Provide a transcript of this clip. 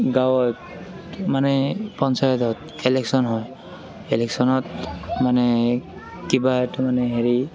আমাৰ গাঁৱত মানে পঞ্চায়ত এলেকশ্যন হয় এলেকশ্যনত মানে কিবা এটা মানে হেৰি